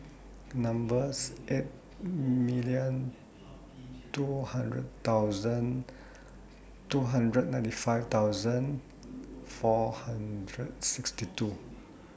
number's eight million two hundred thousand two hundred ninety five thousand four hundred sixty two